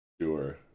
Sure